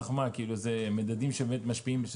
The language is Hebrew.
זה מדדים שבאמת משפיעים?